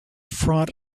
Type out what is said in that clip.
front